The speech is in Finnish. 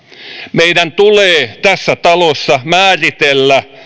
meidän tulee tässä talossa määritellä